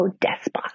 despot